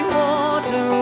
water